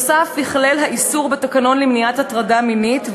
נוסף על כך ייכלל האיסור בתקנון למניעת הטרדה מינית,